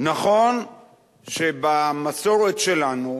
נכון שבמסורת שלנו